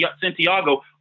Santiago